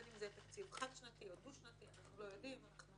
בין אם זה תקציב חד-שנתי או דו-שנתי אנחנו לא יודעים אנחנו